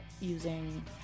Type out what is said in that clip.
using